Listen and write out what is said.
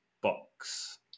box